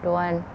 don't want